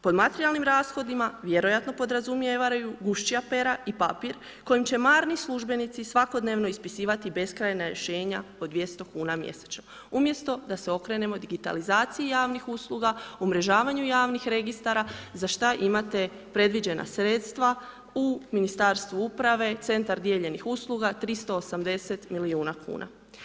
Pod materijalnim rashodima vjerojatno podrazumijevaju gušća perja i papir koji će marni službenici svakodnevno ispisivati beskrajna rješenja po 200 kuna mjesečno, umjesto da se okrenemo digitalizaciji javnih usluga, umrežavanju javnih registara za šta imate predviđena sredstva u Ministarstvu uprave, Centar dijeljenih usluga 380 milijuna kuna.